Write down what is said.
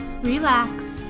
relax